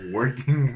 Working